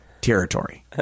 territory